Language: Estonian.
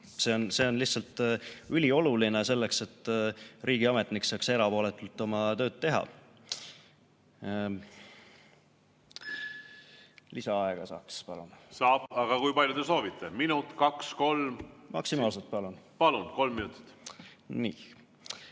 See on lihtsalt ülioluline selleks, et riigiametnik saaks erapooletult oma tööd teha. Kas lisaaega saaks, palun? Saab, aga kui palju te soovite? Minut, kaks, kolm? Maksimaalselt, palun! Maksimaalselt,